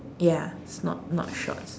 ya it's not not shorts